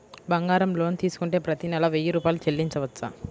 బంగారం లోన్ తీసుకుంటే ప్రతి నెల వెయ్యి రూపాయలు చెల్లించవచ్చా?